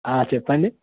చెప్పండి